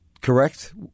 correct